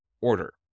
order